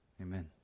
Amen